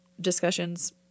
discussions